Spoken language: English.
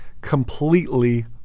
completely